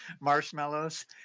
marshmallows